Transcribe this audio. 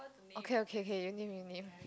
okay okay okay you name you name